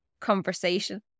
conversation